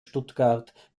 stuttgart